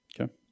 Okay